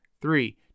Three